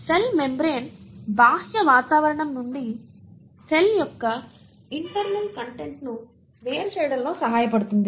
cell membrane బాహ్య వాతావరణం నుండి సెల్ యొక్క ఇంటర్నల్ కంటెంట్ను వేరు చేయడంలో సహాయపడుతుంది